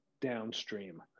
downstream